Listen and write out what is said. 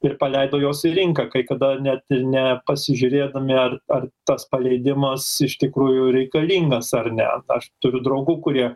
ir paleido juos į rinką kai kada net ir nepasižiūrėdami ar ar tas paleidimas iš tikrųjų reikalingas ar ne aš turiu draugų kurie